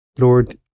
Lord